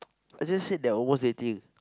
I just said they're almost dating